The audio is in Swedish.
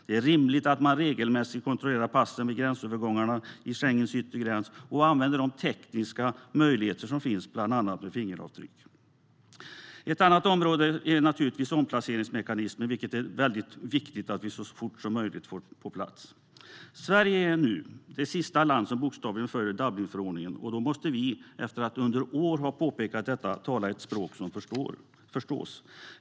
Det är rimligt att man regelmässigt kontrollerar passen vid gränsövergångarna vid Schengens yttre gräns och använder de tekniska möjligheter som finns med bland annat fingeravtryck. Ett annat område är naturligtvis omplaceringsmekanismen, som det är väldigt viktigt att vi får på plats så fort som möjligt. Sverige är nu det sista land som följer Dublinförordningen bokstavligt. Efter att under år ha påpekat detta måste vi tala ett språk som förstås.